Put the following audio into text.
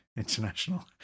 International